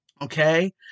okay